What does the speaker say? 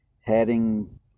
heading